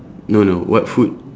no no what food